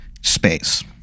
space